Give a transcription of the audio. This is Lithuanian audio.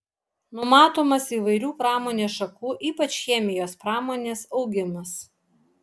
numatomas įvairių pramonės šakų ypač chemijos pramonės augimas